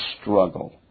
struggle